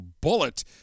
bullet